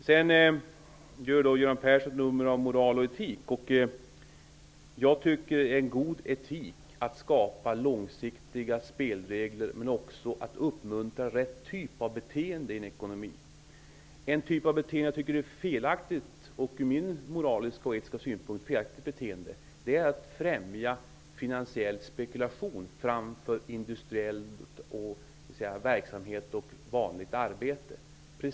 Göran Persson gör ett nummer av detta med moral och etik. Själv tycker jag att det är god etik att skapa långsiktiga spelregler och att uppmuntra till rätt typ av beteende i en ekonomi. En typ av beteende som jag -- från min moraliska och etiska synpunkt -- tycker är felaktigt är när man främjar finansiell spekulation framför industriell verksamhet och vanligt arbete.